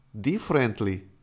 Differently